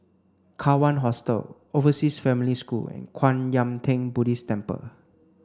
Kawan Hostel Overseas Family School and Kwan Yam Theng Buddhist Temple